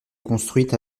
construite